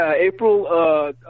April